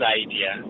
idea